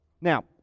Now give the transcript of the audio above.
Now